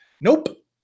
Nope